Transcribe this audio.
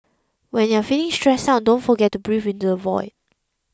when you are feeling stressed out don't forget to breathe into the void